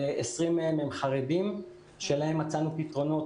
20 מהם הם חרדים שלהם מצאנו פתרונות,